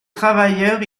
travailleurs